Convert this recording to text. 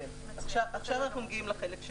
עכשיו אנחנו מגיעים לחלק של